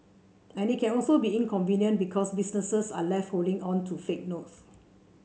and it can also be inconvenient because businesses are left holding on to fake notes